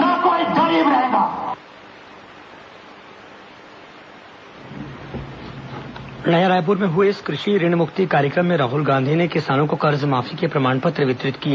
नया रायपुर में हए इस कृषि ऋण मुक्ति कार्यक्रम में राहल गांधी ने किसानों को कर्ज माफी के प्रमाण पत्र वितरित किए